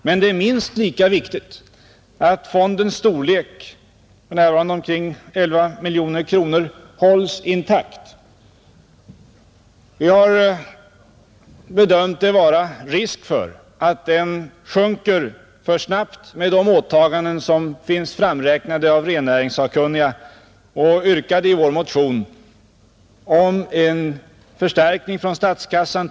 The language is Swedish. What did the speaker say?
Men det är minst lika viktigt att fondens storlek, för närvarande omkring 11 miljoner kronor, hålls intakt. Vi har bedömt det så att det finns risk för att medlen i fonden kommer att sjunka för snabbt med de åtaganden som är framräknade av rennäringssakkunniga och yrkar i vår motion på en förstärkning av fonden från statskassan.